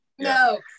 No